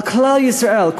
על כלל ישראל,